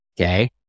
Okay